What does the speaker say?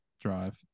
drive